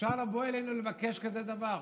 אפשר לבוא אלינו ולבקש כזה דבר?